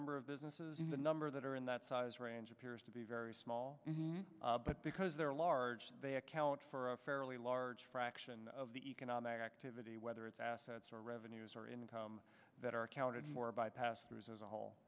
number of businesses in the number that are in that size range appears to be very small but because they're large they account for a fairly large fraction of the economic activity whether it's assets or revenues or income that are accounted for by pastors as a whole